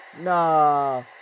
Nah